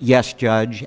yes judge